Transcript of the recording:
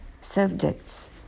subjects